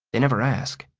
they never ask.